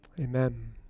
Amen